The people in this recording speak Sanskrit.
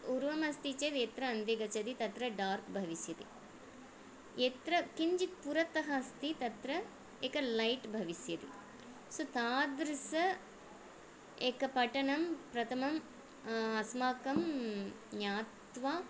उर्वम् अस्ति चेत् यत्र अन्धे गच्छति तत्र डार्क् भविष्यति यत्र किञ्चित् पुरतः अस्ति तत्र एकं लैट् भविष्यति सो तादृश एकं पठनं प्रथमम् अस्माकं ज्ञात्वा